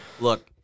Look